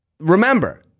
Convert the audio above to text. Remember